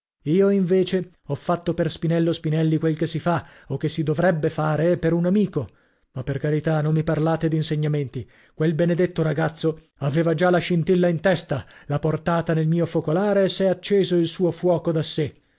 io invece ho fatto per spinello spinelli quel che si fa o che si dovrebbe fare per un amico ma per carità non mi parlate d'insegnamenti quel benedetto ragazzo aveva già la scintilla in testa l'ha portata nel mio focolare e s'è acceso il suo fuoco da sè